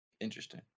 Interesting